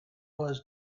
was